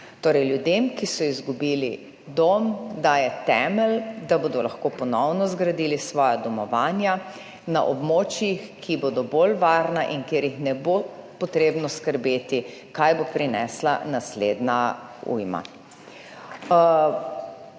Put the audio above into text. Torej, ljudem, ki so izgubili dom, daje temelj, da bodo lahko ponovno zgradili svoja domovanja na območjih, ki bodo bolj varna in kjer jih ne bo potrebno skrbeti, kaj bo prinesla naslednja ujma.